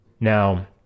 Now